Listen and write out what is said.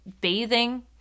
Bathing